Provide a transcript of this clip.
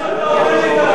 שאתה עובד אתם,